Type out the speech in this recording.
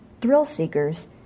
thrill-seekers